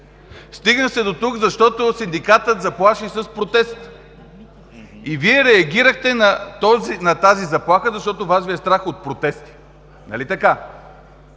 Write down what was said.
Стигна се дотук, защото Синдикатът заплаши с протест и Вие реагирахте на тази заплаха, защото Вас Ви е страх от протести. Нали така?